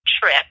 trip